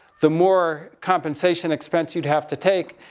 the more compensation expense you'd have to take.